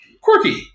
Quirky